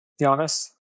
Giannis